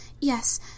Yes